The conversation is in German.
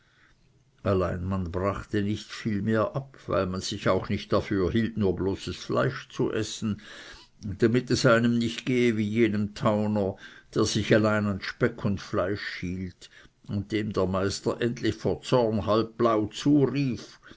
allein man brachte nicht viel mehr ab weil man sich auch nicht dafür hielt nur bloßes fleisch zu essen damit es einem nicht gehe wie jenem tauner der sich allein an speck und fleisch hielt und dem der meister endlich vor zorn halb blau zurief